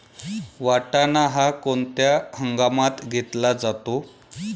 वाटाणा हा कोणत्या हंगामात घेतला जातो?